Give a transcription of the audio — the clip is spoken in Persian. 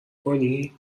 کنی